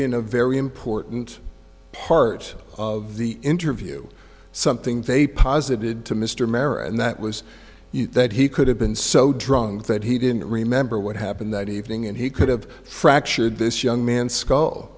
in a very important part of the interview something they posited to mr mare and that was that he could have been so drunk that he didn't remember what happened that evening and he could have fractured this young man's skull